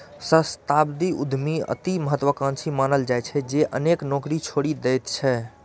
सहस्राब्दी उद्यमी अति महात्वाकांक्षी मानल जाइ छै, जे अनेक नौकरी छोड़ि दैत छै